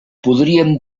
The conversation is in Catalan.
podríem